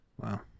Wow